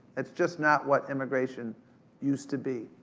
it's just not what immigration used to be.